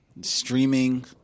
Streaming